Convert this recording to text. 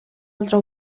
altra